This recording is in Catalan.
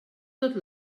tot